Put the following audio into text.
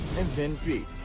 and then b.